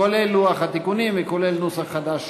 כולל לוח התיקונים וכולל נוסח חדש שהונח.